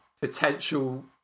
potential